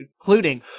including